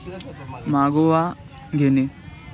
मागोवा घेणे